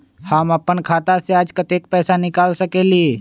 हम अपन खाता से आज कतेक पैसा निकाल सकेली?